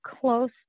close